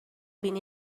been